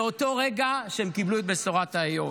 באותו רגע שהם קיבלו את בשורת האיוב.